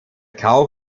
kauf